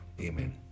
Amen